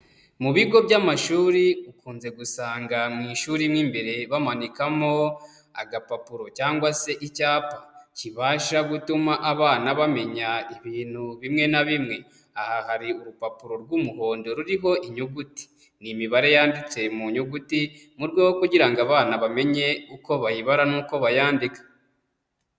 Mu bigo by'amashuri ukunze gusanga mu ishuri mo imbere bamanikamo agapapuro , cyangwa se icyapa kibasha gutuma abana bamenya ibintu bimwe na bimwe, aha hari urupapuro rw'umuhondo ruriho inyuguti ni imibare yanditse mu nyuguti, mu rwego rwo kugira ngo abana bamenye uko bayibara n'uko bayandika.